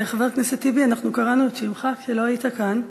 חבר הכנסת טיבי, קראנו את שמך כשלא היית כאן.